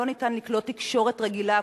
לא ניתן לקלוט תקשורת רגילה,